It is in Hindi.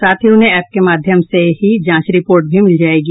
साथ ही उन्हें एप के माध्यम से ही जांच रिपोर्ट भी मिल जायेगी